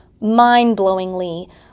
mind-blowingly